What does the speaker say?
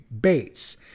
Bates